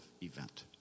event